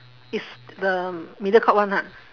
it's the mediacorp one ha